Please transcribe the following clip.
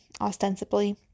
ostensibly